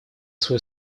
свою